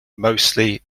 mostly